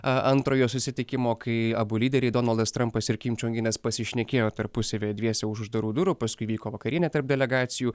antrojo susitikimo kai abu lyderiai donaldas trampas ir kim čion inas pasišnekėjo tarpusavyje dviese už uždarų durų paskui vyko vakarienė tarp delegacijų